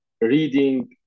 reading